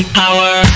power